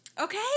Okay